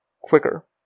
quicker